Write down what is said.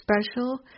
special